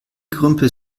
gerümpel